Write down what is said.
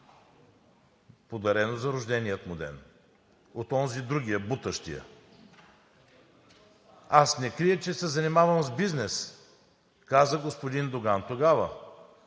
подарено за рождения му ден от онзи другия, бутащия. „Аз не крия, че се занимавам с бизнес“ – каза господин Доган тогава,